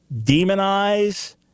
Demonize